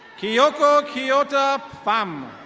kiyoko kiota bam.